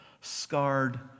scarred